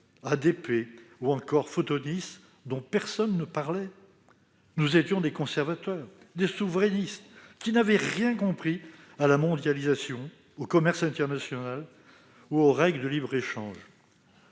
(ADP) ou encore Photonis, dont personne ne parlait ? Nous étions des conservateurs, des souverainistes qui n'avaient rien compris à la mondialisation, au commerce international ou aux règles du libre-échange